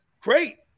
Great